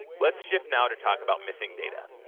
let's shift now to talk about missing data.